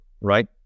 right